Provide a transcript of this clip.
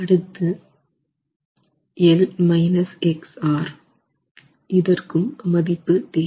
அடுத்து L x R இதற்கும் மதிப்பு தேவை